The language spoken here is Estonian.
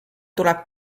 tuleb